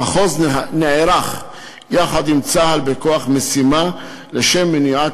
המחוז נערך יחד עם צה"ל בכוח משימה למניעת